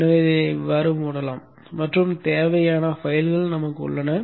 எனவே இதை மூடலாம் மற்றும் தேவையான கோப்புகள் நமக்கு உள்ளன